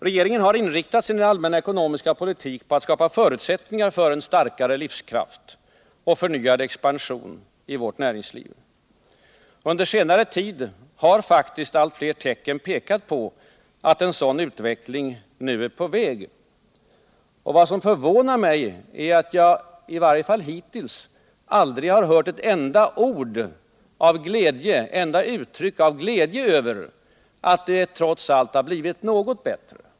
Regeringen har inriktat sin ekonomiska politik på att skapa förutsättningar för en starkare livskraft och en förnyad expansion i vårt näringsliv. Under senare tid har faktiskt flera tecken pekat på att en sådan utveckling är på väg. Vad som förvånar mig är att jag, i varje fall hittills, aldrig har hört ett enda uttryck av glädje över att det trots allt har blivit något bättre.